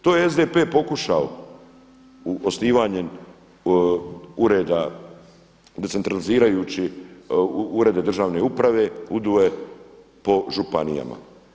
To je SDP pokušao osnivanjem ureda, decentralizirajući urede državne uprave po županijama.